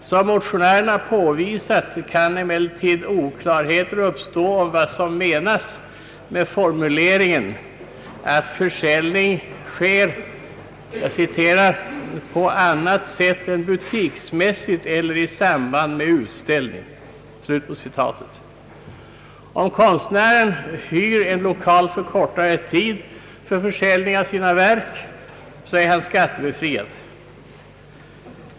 Som motionärerna påvisat kan emellertid oklarheter uppstå om vad som menas med formuleringen att försäljning sker »på annat sätt än butiksmässigt eller i samband med utställning». Om konstnären hyr en lokal för kortare tid för försäljning av sina verk, är han skattebefriad.